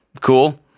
Cool